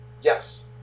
Yes